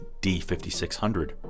D5600